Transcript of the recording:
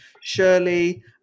shirley